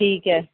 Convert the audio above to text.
ਠੀਕ ਹੈ